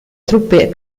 truppe